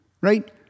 right